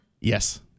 Yes